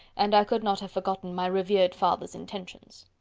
and i could not have forgotten my revered father's intentions.